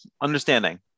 understanding